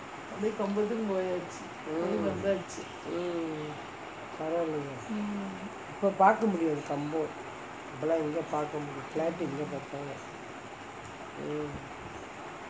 mm பரவாலயே இப்பே பாக்க முடியாது:paravalayae ippae paakka mudiyaathu kampung இப்பலாம் எங்கே பார்க்க முடியுது:ippelaam enggae paarka mudiyuthu flat எங்கே பாத்தாலும்:enggae paathalum